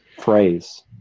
phrase